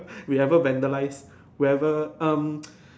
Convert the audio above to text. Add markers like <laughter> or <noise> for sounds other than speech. we ever vandalise we ever um <noise>